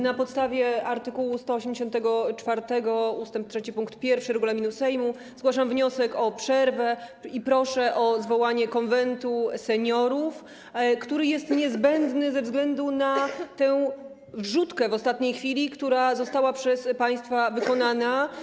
Na podstawie art. 184 ust. 3 pkt 1 regulaminu Sejmu zgłaszam wniosek o przerwę i proszę o zwołanie Konwentu Seniorów, który jest niezbędny ze względu na tę wrzutkę, która w ostatniej chwili została przez państwa wykonana.